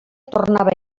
tornava